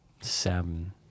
Seven